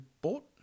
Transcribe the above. bought